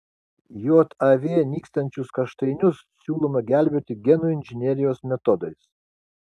jav nykstančius kaštainius siūloma gelbėti genų inžinerijos metodais